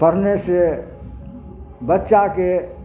पढ़ने से बच्चाके